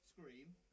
scream